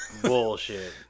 bullshit